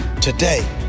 Today